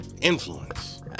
Influence